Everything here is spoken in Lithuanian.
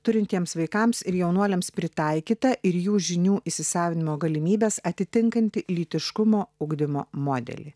turintiems vaikams ir jaunuoliams pritaikyta ir jų žinių įsisavinimo galimybes atitinkantį lytiškumo ugdymo modelį